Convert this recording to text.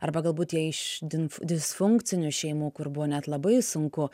arba galbūt jie iš dis disfunkcinių šeimų kur buvo net labai sunku